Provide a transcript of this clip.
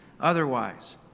otherwise